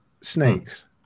snakes